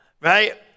right